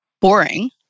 boring